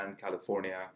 California